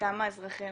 כמה אזרחים